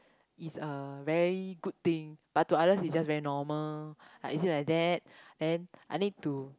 is a very good thing but to others it's just very normal like is it like that then I need to